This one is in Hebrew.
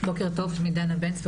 בוקר טוב שמי דנה בן צבי,